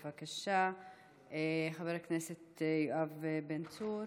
של חברי הכנסת יואב בן צור,